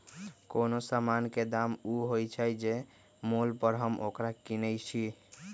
कोनो समान के दाम ऊ होइ छइ जे मोल पर हम ओकरा किनइ छियइ